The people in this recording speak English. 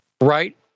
right